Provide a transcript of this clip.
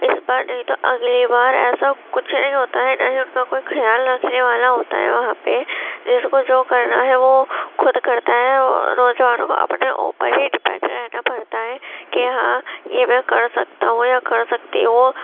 اس بار نہیں تو اگلی بار ایسا کچھ نہیں ہوتا ہے نہ ہی ان کا کوئی خیال رکھنے والا ہوتا ہے وہاں پہ جس کو جو کرنا ہے وہ خود کرتا ہے روزانہ وہ اپنے اوپر ہی ڈیپینڈ رہنا پڑتا ہے کہ ہاں یہ میں کر سکتا ہوں یا کر سکتی ہوں